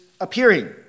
appearing